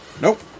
Nope